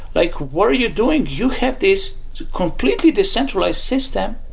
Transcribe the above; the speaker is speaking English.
like what are you doing? you have this completely decentralized system,